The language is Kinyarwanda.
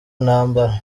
ntambara